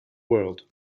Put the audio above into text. world